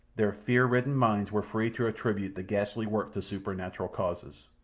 their fear-ridden minds were free to attribute the ghastly work to supernatural causes,